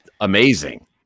amazing